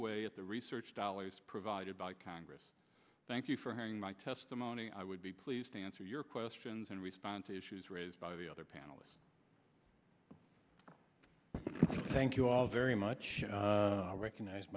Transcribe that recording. away at the research dollars provided by congress thank you for hearing my testimony i would be pleased to answer your questions and responses issues raised by the other panelists thank you all very much i recognize